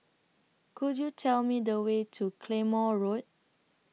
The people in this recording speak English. Could YOU Tell Me The Way to Claymore Road